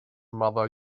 mother